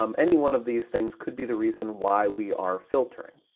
um any one of these things could be the reason why we are filtering.